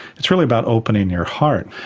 it's really about opening your heart.